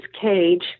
cage